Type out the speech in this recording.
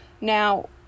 Now